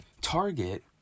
Target